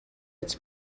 its